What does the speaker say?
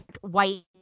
White